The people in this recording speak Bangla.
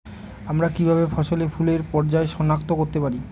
আমরা কিভাবে ফসলে ফুলের পর্যায় সনাক্ত করতে পারি?